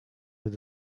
with